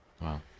Wow